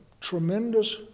tremendous